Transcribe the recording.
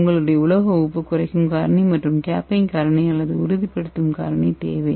உங்களுக்கு உலோக உப்பு குறைக்கும் காரணி மற்றும் கேப்பிங் காரணி அல்லது உறுதிப்படுத்தும் காரணி தேவை